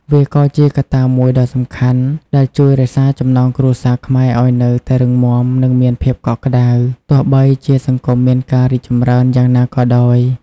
វាក៏ជាកត្តាមួយដ៏សំខាន់ដែលជួយរក្សាចំណងគ្រួសារខ្មែរឲ្យនៅតែរឹងមាំ និងមានភាពកក់ក្តៅ ទោះបីជាសង្គមមានការរីកចម្រើនយ៉ាងណាក៏ដោយ។